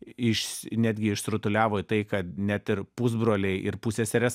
iš netgi išsirutuliavo į tai kad net ir pusbroliai ir pusseserės